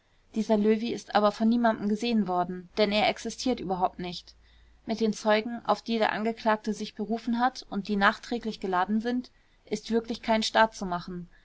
dieser löwy ist aber von niemand gesehen worden denn er existiert überhaupt nicht mit den zeugen auf die der angeklagte sich berufen hat und die nachträglich geladen sind ist wirklich kein staat zu machen